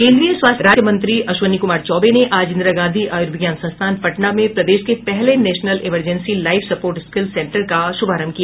केन्द्रीय स्वास्थ्य राज्य मंत्री अश्विनी कुमार चौबे ने आज इंदिरा गांधी आयूर्विज्ञान संस्थान पटना में प्रदेश के पहले national emergency life support skill centre का श्रभारंभ किया